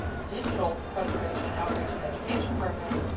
digital preservation outreach and education program,